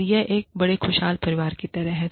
और यह एक बड़े खुशहाल परिवार की तरह है